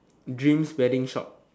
dreams wedding shop